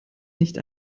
nicht